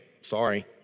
sorry